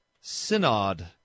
Synod